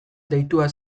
deitua